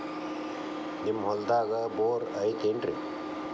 ನಿಮ್ಮ ಹೊಲ್ದಾಗ ಬೋರ್ ಐತೇನ್ರಿ?